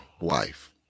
wife